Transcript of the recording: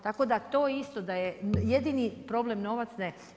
Tako da to isto da je jedini problem novac ne.